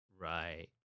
Right